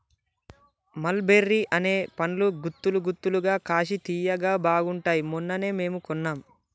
మల్ బెర్రీ అనే పండ్లు గుత్తులు గుత్తులుగా కాశి తియ్యగా బాగుంటాయ్ మొన్ననే మేము కొన్నాం